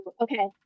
Okay